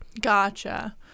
Gotcha